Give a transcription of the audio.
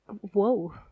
Whoa